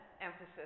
emphasis